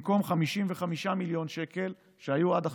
במקום 55 מיליון שקל שהיו עד עכשיו.